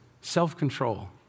self-control